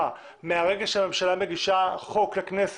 אמור לשכב מהרגע שהממשלה מגישה אותו לכנסת,